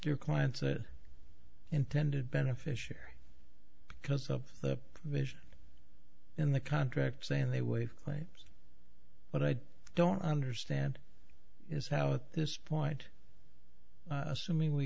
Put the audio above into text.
your clients that intended beneficiary because of the vision in the contract saying they waive claims but i don't understand is how at this point assuming we